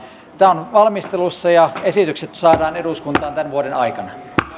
tämä on valmistelussa ja esitykset saadaan eduskuntaan tämän vuoden aikana